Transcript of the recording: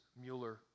Mueller